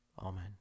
Amen